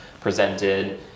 presented